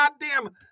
goddamn